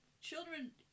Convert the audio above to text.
children